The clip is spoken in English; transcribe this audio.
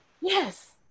Yes